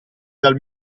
dal